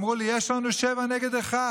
ואמרו לי: יש לנו שבעה נגד אחד,